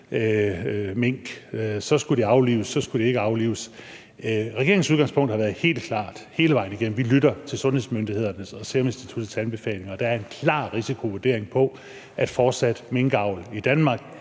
mink – så skulle de aflives, så skulle de ikke aflives. Regeringens udgangspunkt har været helt klart hele vejen igennem: Vi lytter til sundhedsmyndighedernes og Seruminstituttets anbefalinger. Der er en klar risikovurdering om, at fortsat minkavl i Danmark